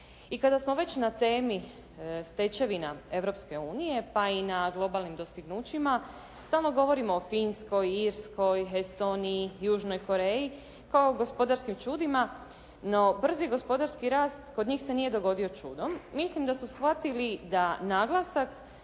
I kada smo već na temi stečevina Europske unije pa i na globalnim dostignućima stalno govorimo o Finskoj, Irskoj, Estoniji, Južnoj Koreji kao gospodarskim čudima. No, brzi gospodarski rast kod njih se nije dogodio čudom. Mislim da su shvatili da naglasak